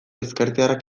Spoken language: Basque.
ezkertiarrak